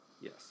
Yes